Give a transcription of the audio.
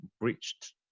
breached